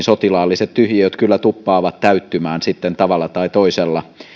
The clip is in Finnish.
sotilaalliset tyhjiöt kyllä tuppaavat täyttymään sitten tavalla tai toisella